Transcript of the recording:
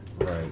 Right